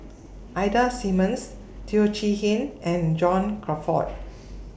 Ida Simmons Teo Chee Hean and John Crawfurd